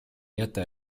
jäta